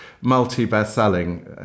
multi-best-selling